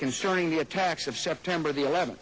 concerning the attacks of september the eleventh